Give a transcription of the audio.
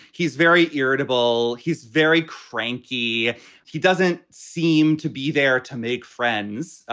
he's very irritable. he's very cranky. he doesn't seem to be there to make friends.